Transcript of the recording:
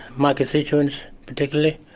my constituents particularly.